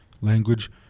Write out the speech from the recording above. language